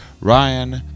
Ryan